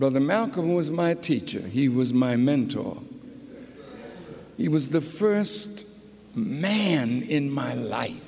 brother malcolm was my teacher he was my mentor he was the first man in my life